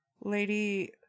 lady